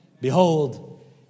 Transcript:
Behold